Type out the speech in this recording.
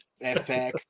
FX